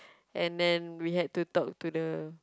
and then we had to talk to the